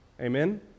Amen